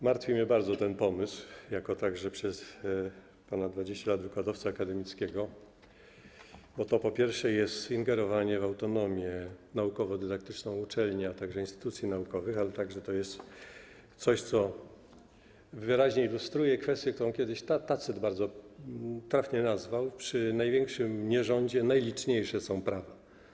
Martwi mnie bardzo ten pomysł, także jako przez ponad 20 lat wykładowcy akademickiego, bo to po pierwsze jest ingerowanie w autonomię naukowo-dydaktyczną uczelni, a także instytucji naukowych, ale także to jest coś, co wyraźnie ilustruje kwestię, którą kiedyś Tacyt nazwał tak: przy największym nierządzie najliczniejsze są prawa.